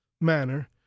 manner